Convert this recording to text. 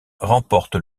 remporte